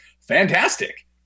fantastic